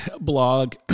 blog